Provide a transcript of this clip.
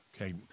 Okay